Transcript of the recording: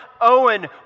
Owen